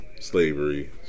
slavery